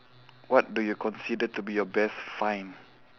what do you consider to be your best find